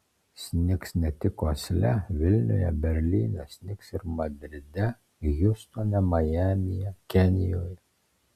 snigs ne tik osle vilniuje berlyne snigs ir madride hjustone majamyje kenijoje